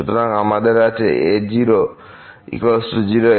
সুতরাং আমাদের আছে a'00 এবং a'nnbn